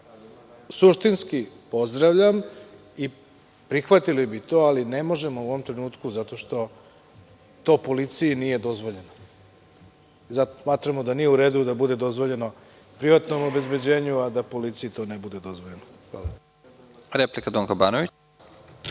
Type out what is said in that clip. građane. Suštinski pozdravljam i prihvatili bi to, ali ne možemo u ovom trenutku zato što to policiji nije dozvoljeno. Smatramo da nije u redu da bude dozvoljeno privatnom obezbeđenju, a da policiji ne bude dozvoljeno. Hvala. **Nebojša Stefanović**